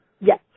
Yes